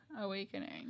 awakening